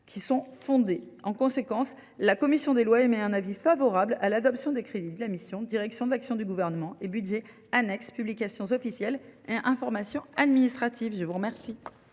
2024 sont fondées. En conséquence, la commission des lois émet un avis favorable sur l’adoption des crédits de la mission « Direction de l’action du gouvernement » et du budget annexe « Publications officielles et information administrative ». Mes chers